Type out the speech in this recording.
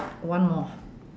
one more